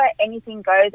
anything-goes